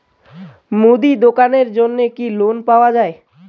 মুদি দোকানের জন্যে কি লোন পাওয়া যাবে?